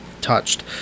touched